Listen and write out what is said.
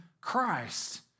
Christ